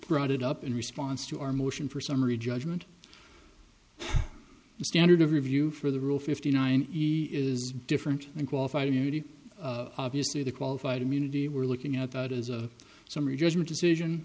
brought it up in response to our motion for summary judgment the standard of review for the rule fifty nine easy is different and qualified immunity obviously the qualified immunity we're looking at that is a summary judgment decision